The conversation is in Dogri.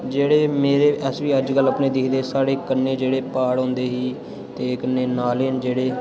जेह्डे़ मेरे अस बी अपने अज्ज्कल दिक्खदे साढ़े कन्नै जेह्डे़ प्हाड़ होंदे ही ते कन्नै नाले न जेह्डे़